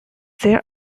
there